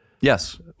Yes